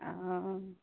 हँ